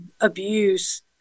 abuse